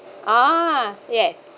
ah yes